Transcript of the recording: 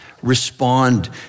Respond